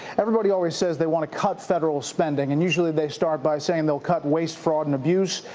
everybody always said they want to cut federal spending and usually they start by saying they'll cut waste, fraud, and abuse,